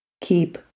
keep